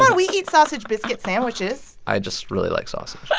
we eat sausage biscuit sandwiches i just really like sausage yeah